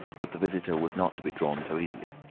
but the visitor was not to be drawn so easily.